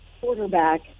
quarterback